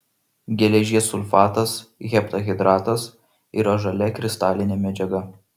geležies sulfatas heptahidratas yra žalia kristalinė medžiaga